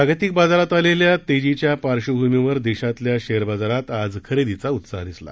जागतिक बाजारात आलेल्या तेजीच्या पार्श्वभूमीवर देशातल्या शेअर बाजारात आज खरेदीची उत्साह दिसला